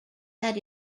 that